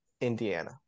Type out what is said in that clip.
Indiana